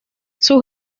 sus